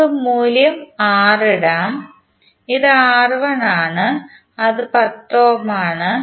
നമുക്ക് മൂല്യം ഇടാം ഇത് R1 ആണ് അത് 10 ഓം ആണ്